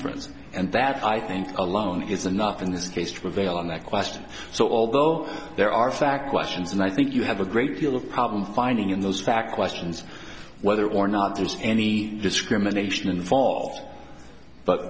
inference and that i think alone is enough in this case to prevail on that question so although there are fact questions and i think you have a great deal of problem finding in those fact questions whether or not there's any discrimination in